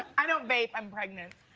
i don't vape, i'm pregnant.